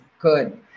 good